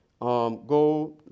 go